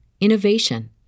innovation